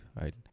right